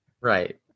Right